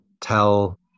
tell